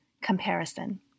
comparison